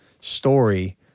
story